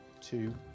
two